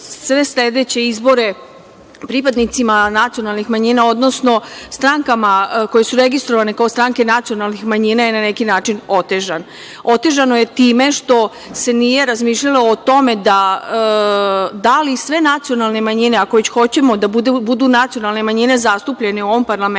sve sledeće izbore pripadnicima nacionalnih manjina, odnosno strankama koje su registrovane kao stranke nacionalnih manjina je na neki način otežan. Otežano je time što se nije razmišljalo o tome da li sve nacionalne manjine, ako već hoćemo da budu nacionalne manjine zastupljene u ovom parlamentu,